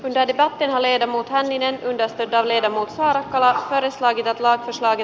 levitä pinnalle ja muut hänninen evästetään liedon muut kalat vedessä elivät laitos vaati